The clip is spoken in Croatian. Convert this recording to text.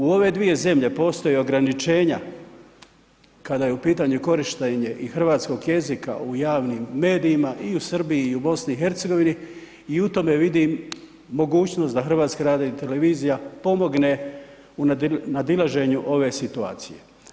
U ove dvije zemlje postoje ograničenja kada je u pitanju korištenje i hrvatskog jezika u javnim medijima i u Srbiji i u BiH i u tome vidim mogućnost da HRT pomogne u nadilaženju ove situacije.